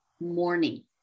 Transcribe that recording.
morning